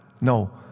No